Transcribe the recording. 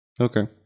Okay